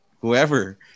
Whoever